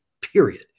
period